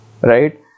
Right